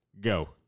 go